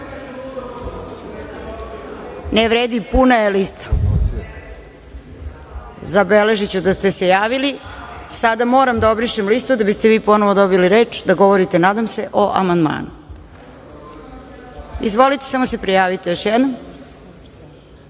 vredi. Puna je lista. Zabeležiću da ste se javili, sada moram da obrišem Listu da biste vi ponovo dobili reč da govorite nadam se o amandmanu. Izvolite, samo se prijavite još jednom. Hvala,